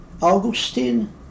augustine